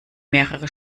mehrere